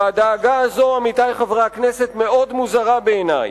והדאגה הזאת, עמיתי חברי הכנסת, מאוד מוזרה בעיני.